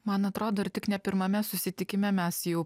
man atrodo ar tik ne pirmame susitikime mes jau